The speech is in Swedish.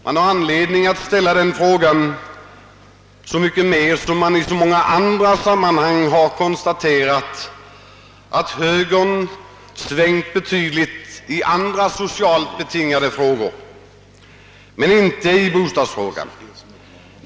Man har anledning att ställa den frågan så mycket mer som man i så många andra sammanhang har konstaterat hur högern har svängt betydligt i andra socialt betingade frågor, men inte i bostadsfrågan.